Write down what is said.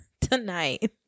tonight